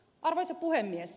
arvoisa puhemies